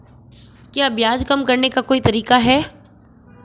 क्या ब्याज कम करने का कोई तरीका है?